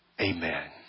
Amen